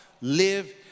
live